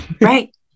Right